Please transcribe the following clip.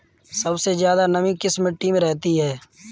सबसे ज्यादा नमी किस मिट्टी में रहती है?